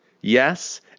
Yes